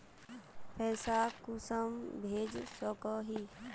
पैसा कुंसम भेज सकोही?